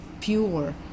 pure